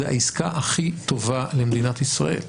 זו העסקה הכי טובה למדינת ישראל.